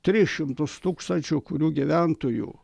tris šimtus tūkstančių kurių gyventojų